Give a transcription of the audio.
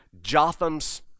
Jotham's